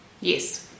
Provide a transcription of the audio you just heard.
yes